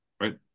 right